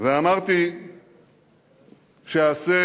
ואמרתי שאעשה